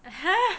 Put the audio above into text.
(uh huh)